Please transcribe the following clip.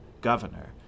governor